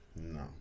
No